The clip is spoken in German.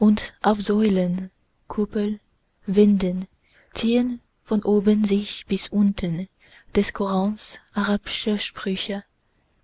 und auf säulen kuppel wänden ziehn von oben sich bis unten des korans arabsche sprüche